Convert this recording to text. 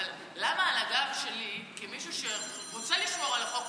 למה על הגב שלי כמי שרוצה לשמור על החוק,